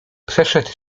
przeszedł